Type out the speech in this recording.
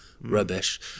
rubbish